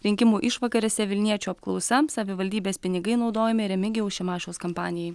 rinkimų išvakarėse vilniečių apklausa savivaldybės pinigai naudojami remigijaus šimašiaus kampanijai